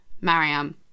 Mariam